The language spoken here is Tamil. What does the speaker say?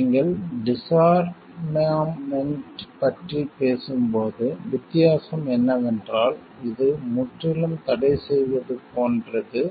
நீங்கள் டிசார்மாமென்ட் பற்றி பேசும்போது வித்தியாசம் என்னவென்றால் இது முற்றிலும் தடை செய்வது போன்றது